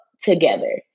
together